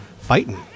fighting